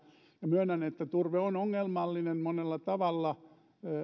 myönnän että turve on ongelmallinen monella tavalla